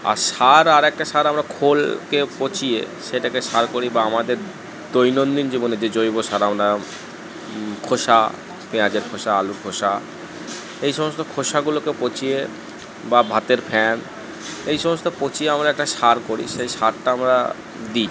আর সার আর একটা সার আমরা খোলকে পচিয়ে সেটাকে সার করি বা আমাদের দৈনন্দিন জীবনে যে জৈব সার আমরা খোসা পেঁয়াজের খোসা আলুর খোসা এই সমস্ত খোসাগুলোকে পচিয়ে বা ভাতের ফ্যান এই সমস্ত পচিয়ে আমরা একটা সার করি সেই সারটা আমরা দিই